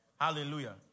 hallelujah